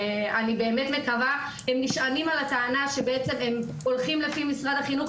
הם נשענים על הטענה שהם הולכים לפי משרד הבריאות,